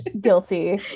guilty